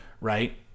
right